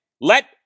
let